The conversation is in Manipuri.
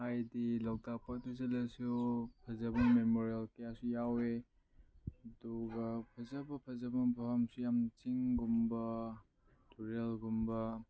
ꯍꯥꯏꯗꯤ ꯂꯣꯛꯇꯥꯛ ꯄꯥꯠꯇ ꯆꯠꯂꯁꯨ ꯐꯖꯕ ꯃꯦꯃꯣꯔꯦꯜ ꯀꯌꯥꯁꯨ ꯌꯥꯎꯋꯦ ꯑꯗꯨꯒ ꯐꯖꯕ ꯐꯖꯕ ꯃꯐꯝꯁꯨ ꯌꯥꯝ ꯆꯤꯡꯒꯨꯝꯕ ꯇꯨꯔꯦꯜꯒꯨꯝꯕ